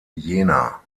jena